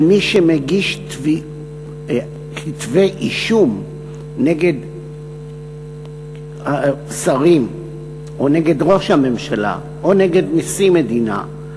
ומי שמגיש כתבי אישום נגד שרים או נגד ראש הממשלה או נגד נשיא מדינה,